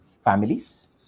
families